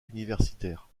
universitaire